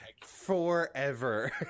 forever